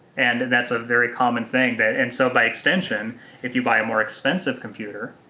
and that's a very common thing that, and so by extension if you buy a more expensive computer,